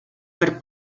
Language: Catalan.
per